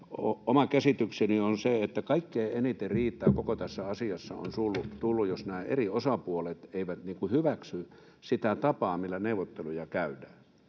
Oma käsitykseni on, että kaikkein eniten riitaa koko tässä asiassa on tullut, kun nämä eri osapuolet eivät hyväksy sitä tapaa, millä neuvotteluja käydään.